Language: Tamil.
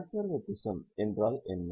கன்செர்வேட்டிசம் என்றால் என்ன